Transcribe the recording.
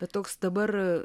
bet toks dabar